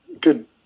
Good